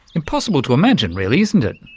impossible to imagine really, isn't it.